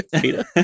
Peter